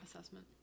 assessment